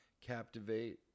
Captivate